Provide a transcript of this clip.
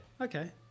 Okay